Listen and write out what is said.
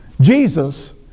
Jesus